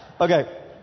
Okay